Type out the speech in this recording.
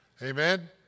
Amen